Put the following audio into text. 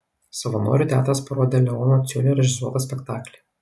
savanorių teatras parodė leono ciunio režisuotą spektaklį